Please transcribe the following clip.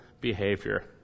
behavior